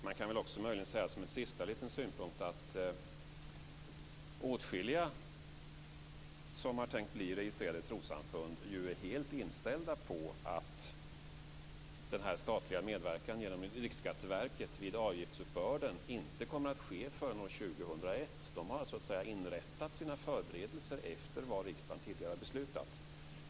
Man kan också möjligen säga som en sista liten synpunkt att åtskilliga som har tänkt bli registrerade trossamfund är helt inställda på att denna statliga medverkan genom Riksskatteverket vid avgiftsuppbörden inte kommer att ske förrän år 2001. De har inrättat sina förberedelser efter vad riksdagen tidigare har beslutat.